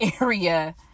area